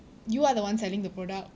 you are the one selling the product